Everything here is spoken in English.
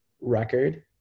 record